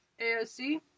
AOC